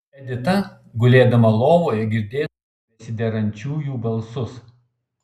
edita gulėdama lovoje girdėdavo besiderančiųjų balsus